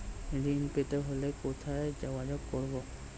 ঋণ পেতে হলে কোথায় যোগাযোগ করব?